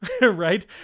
right